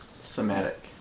Somatic